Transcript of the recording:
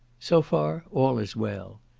so far all is well.